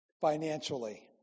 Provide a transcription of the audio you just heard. financially